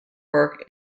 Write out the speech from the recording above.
work